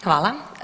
Hvala.